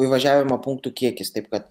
įvažiavimo punktų kiekis taip kad